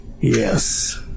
Yes